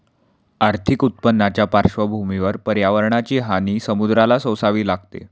आर्थिक उत्पन्नाच्या पार्श्वभूमीवर पर्यावरणाची हानी समुद्राला सोसावी लागते